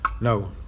no